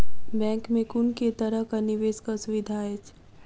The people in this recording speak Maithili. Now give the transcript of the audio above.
बैंक मे कुन केँ तरहक निवेश कऽ सुविधा अछि?